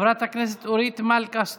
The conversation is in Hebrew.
חברת הכנסת אורית מלכה סטרוק,